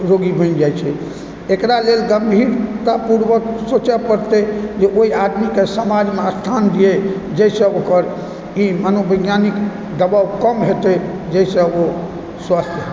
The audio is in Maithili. रोगी बनि जाहि छै एकरा लेल गंभीरता पूर्वक सोचै परतै जे ओहि आदमीके समाजमे स्थान दियै जाहिसँ ओकर ई मनोवैज्ञानिक दबाव कम हेतै जाहिसँ ओ स्वस्थ्य